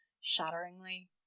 Shatteringly